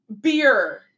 Beer